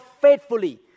faithfully